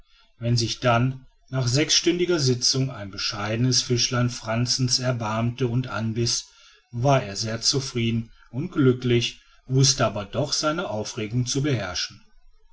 wenn sich dann nach sechsstündiger sitzung ein bescheidenes fischchen frantzens erbarmte und anbiß war er sehr zufrieden und glücklich wußte aber doch seine aufregung zu beherrschen